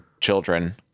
children